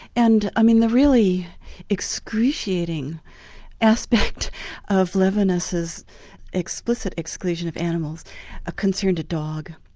and i mean the really excruciating aspect of levinas's explicit exclusion of animals ah concerned a dog,